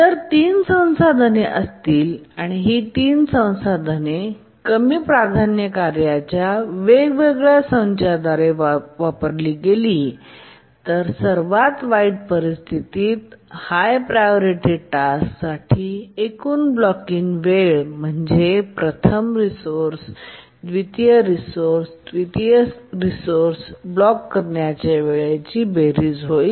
जर तीन संसाधने असतील आणि ही तीन संसाधने कमी प्राधान्य कार्यांच्या वेगवेगळ्या संचाद्वारे वापरली गेली असतील तर सर्वात वाईट परिस्थितीत हाय प्रायोरिटीटास्क साठी एकूण ब्लॉकिंग वेळ म्हणजे प्रथम रिसोर्सेस द्वितीय रिसोर्सेस आणि तृतीय स्त्रोतासाठी ब्लॉक करण्याच्या वेळेची बेरीज होईल